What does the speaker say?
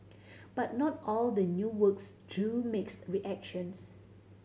but not all the new works drew mixed reactions